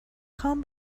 خوام